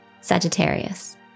Sagittarius